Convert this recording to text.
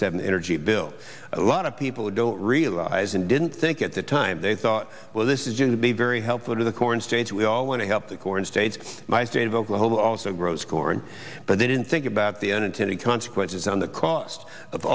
seven energy bill a lot of people don't realize and didn't think at the time they thought well this is just to be very helpful to the corn states we all want to help the corn states my state of oklahoma also grows corn but they didn't think about the unintended consequences on the cost of